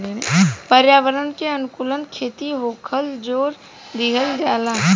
पर्यावरण के अनुकूल खेती होखेल जोर दिहल जाता